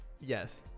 Yes